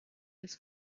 his